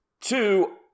Two